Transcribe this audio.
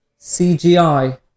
CGI